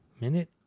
Minute